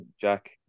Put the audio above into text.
Jack